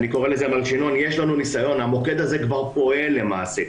יש לנו ניסיון, המוקד הזה כבר פועל למעשה.